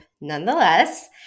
nonetheless